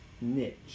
Niche